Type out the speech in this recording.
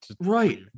Right